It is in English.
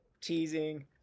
teasing